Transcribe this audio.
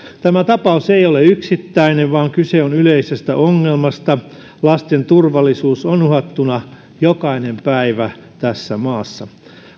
tämä tapaus ei ole yksittäinen vaan kyse on yleisestä ongelmasta lasten turvallisuus on uhattuna jokaisena päivänä tässä maassa